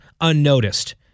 unnoticed